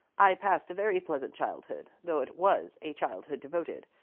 i passed a very pleasant childhood, though it was a childhood devoted,